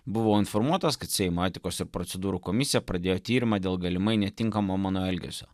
buvo informuotas kad seimo etikos ir procedūrų komisija pradėjo tyrimą dėl galimai netinkamo mano elgesio